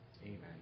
Amen